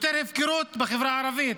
יותר הפקרות בחברה הערבית.